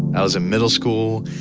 i was a middle school.